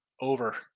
over